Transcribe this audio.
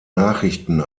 nachrichten